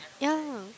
yeah lah